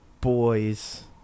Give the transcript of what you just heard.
boys